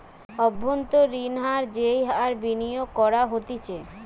অব্ভন্তরীন হার যেই হার বিনিয়োগ করা হতিছে